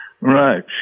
Right